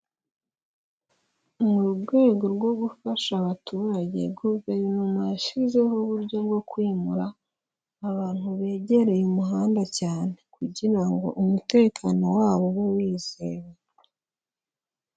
Mu rwego rwo gufasha abaturage, guverinoma yashyizeho uburyo bwo kwimura abantu begereye umuhanda cyane, kugira ngo umutekano wabo ube wizewe.